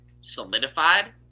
solidified